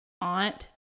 aunt